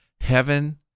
heaven